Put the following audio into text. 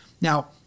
Now